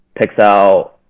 Pixel